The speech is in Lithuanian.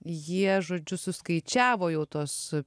jie žodžiu suskaičiavo jau tuos